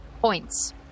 points